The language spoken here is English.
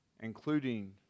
Including